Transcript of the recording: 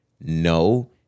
No